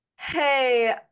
hey